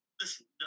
listen